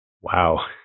Wow